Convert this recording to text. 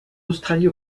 australie